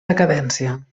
decadència